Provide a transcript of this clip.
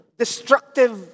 destructive